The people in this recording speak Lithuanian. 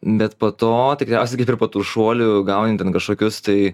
bet po to tikriausiai kaip ir po tų šuolių gauni ten kažkokius tai